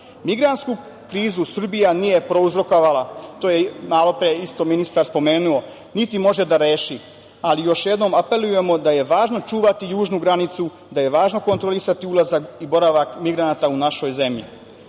podatke. Migrantsku krizu Srbija nije prouzrokovala, to je malopre isto ministar spomenuo, niti može da reši, ali još jednom apelujemo da je važno čuvati južnu granicu, da je važno kontrolisati ulazak i boravak migranata u našoj zemlji. Jasno